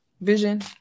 vision